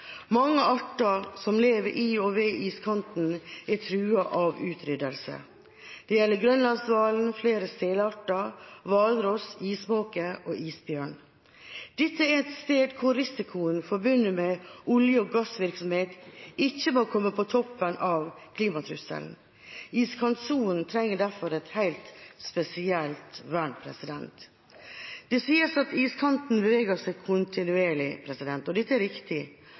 Mange arter som lever i og ved iskanten, er truet av utryddelse. Det gjelder grønlandshvalen, flere selarter, hvalross, ismåke og isbjørn. Dette er et sted hvor risikoen forbundet med olje- og gassvirksomhet ikke må komme på toppen av klimatrusselen. Iskantsonen trenger derfor et helt spesielt vern. Det sies at iskanten beveger seg kontinuerlig, og det er riktig.